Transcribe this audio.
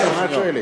מה את שואלת?